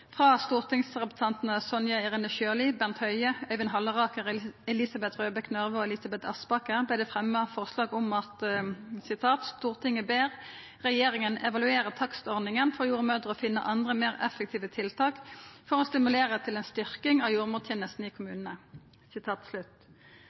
Sonja Irene Sjøli, Bent Høie, Øyvind Halleraker, Elisabeth Røbekk Nørve og Elisabeth Aspaker følgjande forslag: «Stortinget ber regjeringen evaluere takstordningen for jordmødre og finne andre mer effektive tiltak for å stimulere til en styrking av jordmortjenesten i